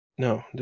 No